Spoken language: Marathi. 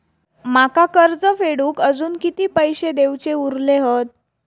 माका कर्ज फेडूक आजुन किती पैशे देऊचे उरले हत?